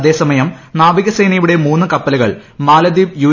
അതേസമയം നാവികസേനയുടെ മൂന്ന് കപ്പലുകൾ മാൽദ്വീപ് യു